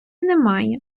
немає